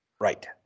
Right